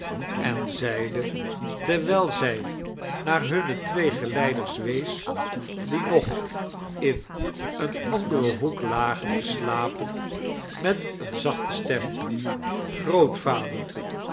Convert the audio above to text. en zeide terwijl zij naar hunne twee geleiders wees die nog in een anderen hoek lagen te slapen met eene zachte stem grootvader